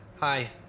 hi